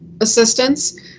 assistance